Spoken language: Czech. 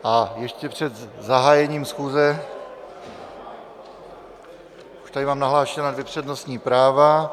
A ještě před zahájením schůze už tady mám nahlášena dvě přednostní práva.